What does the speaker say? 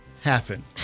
happen